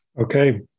okay